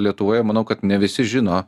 lietuvoje manau kad ne visi žino